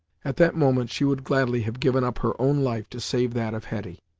at that moment, she would gladly have given up her own life to save that of hetty.